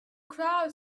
crowd